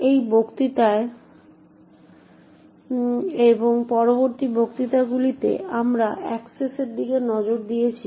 এই বক্তৃতায় এবং পরবর্তী বক্তৃতাগুলিতে আমরা অ্যাক্সেসের দিকে নজর দিয়েছি